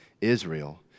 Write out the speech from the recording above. Israel